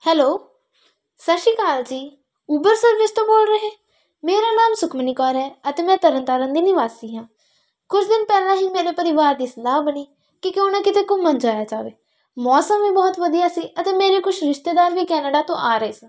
hello ਸਾਸ਼ੀਕਾਲ ਜੀ Uber service ਤੋਂ ਬੋਲ ਰਹੇ ਮੇਰਾ ਨਾਮ ਸੁਖਮਨੀ ਕੌਰ ਹੈ ਅਤੇ ਮੈਂ ਤਰਨਤਾਰਨ ਦੀ ਨਿਵਾਸੀ ਹਾਂ ਕੁੱਝ ਦਿਨ ਪਹਿਲਾਂ ਹੀ ਮੇਰੇ ਪਰਿਵਾਰ ਦੀ ਸਲਾਹ ਬਣੀ ਕਿ ਕਿਉਂ ਨਾ ਕਿਤੇ ਘੁੰਮਣ ਜਾਇਆ ਜਾਵੇ ਮੌਸਮ ਵੀ ਬਹੁਤ ਵਧੀਆ ਸੀ ਅਤੇ ਮੇਰੇ ਕੁਛ ਰਿਸ਼ਤੇਦਾਰ ਵੀ ਕੈਨੇਡਾ ਤੋਂ ਆ ਰਹੇ ਸੀ